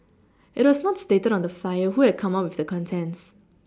it was not stated on the Flyer who had come up with the contents